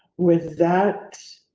with that.